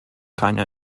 keine